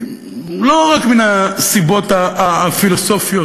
לא רק מן הסיבות הפילוסופיות,